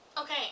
Okay